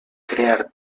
crear